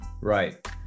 Right